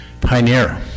Pioneer